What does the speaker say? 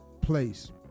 place